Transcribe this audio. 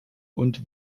und